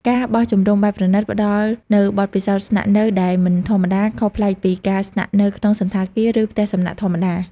ការបោះជំរំបែបប្រណីត ផ្តល់នូវបទពិសោធន៍ស្នាក់នៅដែលមិនធម្មតា ខុសប្លែកពីការស្នាក់នៅក្នុងសណ្ឋាគារ ឬផ្ទះសំណាក់ធម្មតា។